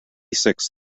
six